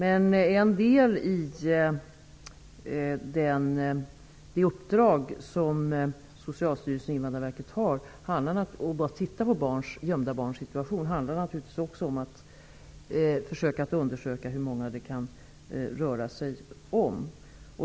En del i det uppdrag att titta på gömda barns situation som Socialstyrelsen och Invandrarverket har handlar naturligtvis om att försöka undersöka hur många det kan röra sig om.